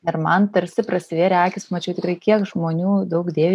ir man tarsi prasivėrė akys pamačiau tikrai kiek žmonių daug dėvi